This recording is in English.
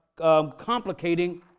complicating